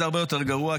זה הרבה יותר גרוע,